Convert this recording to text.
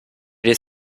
les